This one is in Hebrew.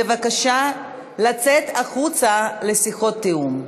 בבקשה לצאת החוצה לשיחות תיאום.